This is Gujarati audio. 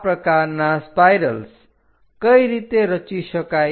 આ પ્રકારના સ્પાઇરલ્સ કઈ રીતે રચી શકાય